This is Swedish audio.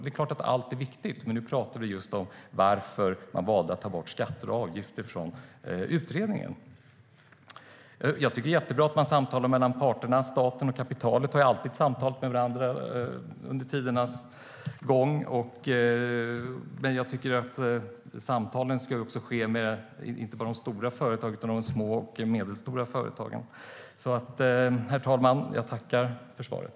Det är klart att allt är viktigt, men nu pratar vi om varför man valde att ta bort frågan om skatter och avgifter från utredningen. Det är bra med samtal mellan parterna. Staten och kapitalet har alltid samtalat med varandra under tidernas gång. Men samtalen ska ske inte bara med de stora företagen utan också med de små och medelstora företagen. Herr talman! Jag tackar för svaret.